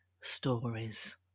stories